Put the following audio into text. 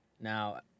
now